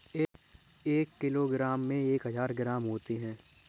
एक किलोग्राम में एक हजार ग्राम होते हैं